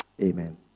Amen